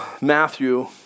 Matthew